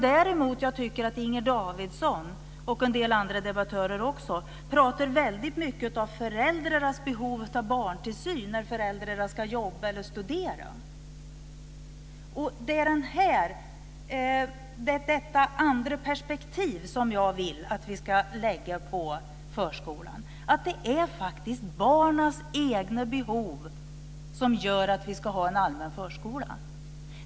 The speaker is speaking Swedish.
Däremot pratar Inger Davidson och en del andra debattörer väldigt mycket om föräldrarnas behov av barntillsyn när föräldrarna ska jobba eller studera. Det är detta andra perspektiv som jag vill att vi ska lägga på förskolan, att det är barnens egna behov som gör att vi ska ha en allmän förskola.